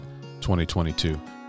2022